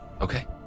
Okay